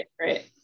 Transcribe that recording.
right